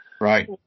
Right